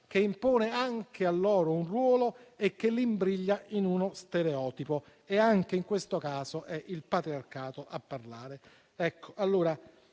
che impone anche a loro un ruolo e che li imbriglia in uno stereotipo. Anche in questo caso, è il patriarcato a parlare. Presidente,